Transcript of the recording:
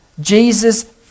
Jesus